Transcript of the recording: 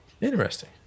Interesting